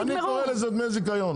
לא משנה, אני קורא לזה דמי זיכיון.